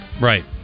Right